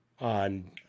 on